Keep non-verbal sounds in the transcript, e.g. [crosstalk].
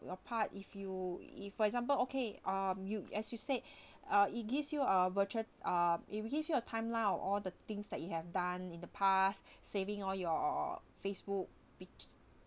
your part if you if for example okay um you as you said [breath] uh it gives you a virtual uh if it will give you a time lah all the things that you have done in the past [breath] saving all your facebook be~